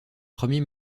premier